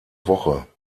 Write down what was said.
woche